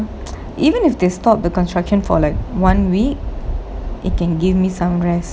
even if they stop the construction for like one week it can give me some rest